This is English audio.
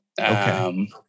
Okay